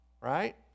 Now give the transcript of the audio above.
right